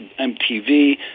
mtv